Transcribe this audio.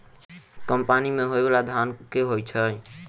कम पानि मे होइ बाला धान केँ होइ छैय?